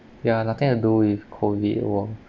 ya nothing to do with COVID world